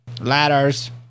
Ladders